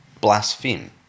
blaspheme